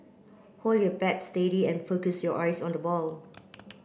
hold your bat steady and focus your eyes on the ball